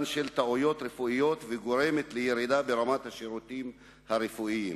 של טעויות רפואיות וגורמת לירידה ברמת השירותים הרפואיים.